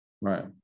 Right